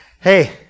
Hey